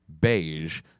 beige